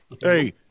Hey